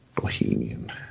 Bohemian